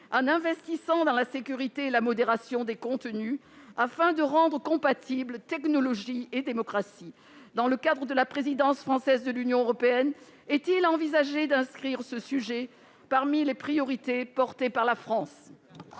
en investissant dans la sécurité et la modération des contenus, afin de rendre compatibles technologie et démocratie. Dans le cadre de la présidence française de l'Union européenne, est-il envisagé d'inscrire ce sujet parmi les priorités portées par la France ?